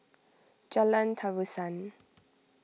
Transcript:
Jalan Terusan